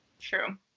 true